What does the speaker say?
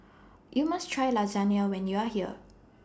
YOU must Try Lasagna when YOU Are here